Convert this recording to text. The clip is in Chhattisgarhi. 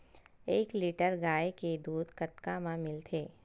एक लीटर गाय के दुध कतका म मिलथे?